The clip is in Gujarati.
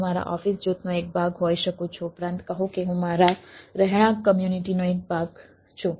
હું મારા ઓફિસ જૂથનો એક ભાગ હોઈ શકું છું ઉપરાંત કહો કે હું મારા રહેણાંક કમ્યુનિટીનો એક ભાગ છું